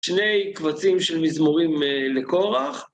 שני קבצים של מזמורים לקורח.